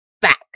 back